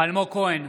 אלמוג כהן,